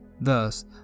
Thus